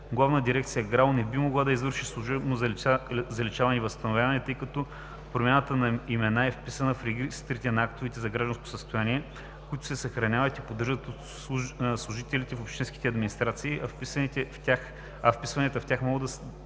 Главна дирекция ГРАО не би могла да извърши служебно заличаване и възстановяване, тъй като промяната на имената е вписана в регистрите на актовете за гражданско състояние, които се съхраняват и поддържат от служители в общинските администрации, а вписванията в тях могат да се